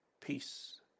Peace